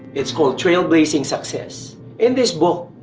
it's called trailblazing success in this book,